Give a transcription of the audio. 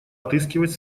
отыскивать